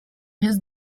his